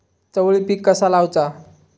चवळी पीक कसा लावचा?